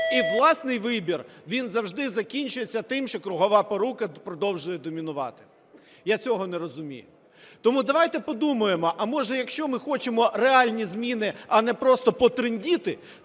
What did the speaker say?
і власний вибір він закінчується тим, що кругова порука продовжує домінувати. Я цього не розумію. Тому давайте подумаємо, а, може, якщо ми хочемо реальні зміни, а не просто потриндіти,